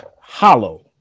hollow